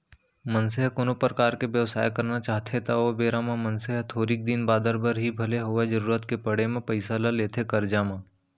मनसे ह कोनो परकार के बेवसाय करना चाहथे त ओ बेरा म मनसे ह थोरिक दिन बादर बर ही भले होवय जरुरत के पड़े म पइसा ल लेथे करजा म